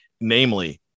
namely